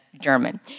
German